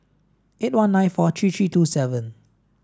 eight one nine four three three two seven